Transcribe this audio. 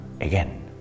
again